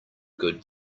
good